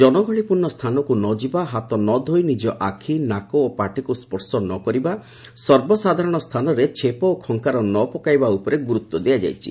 ଜନଗହଳିପୂର୍ଣ୍ଣ ସ୍ଥାନକୁ ନ ଯିବା ହାତ ନ ଧୋଇ ନିଜ ଆଖି ନାକ ଓ ପାଟିକୁ ସ୍ୱର୍ଶ ନ କରିବା ସର୍ବସାଧାରଣ ସ୍ଥାନରେ ଛେପ ଖଙ୍କାର ନ ପକାଇବା ଉପରେ ଗୁରୁତ୍ୱ ଦିଆଯାଇଛି